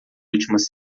últimas